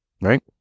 right